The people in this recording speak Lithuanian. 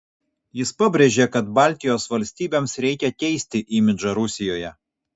jis pabrėžė kad baltijos valstybėms reikia keisti imidžą rusijoje